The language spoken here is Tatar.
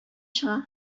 чыга